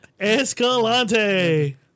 Escalante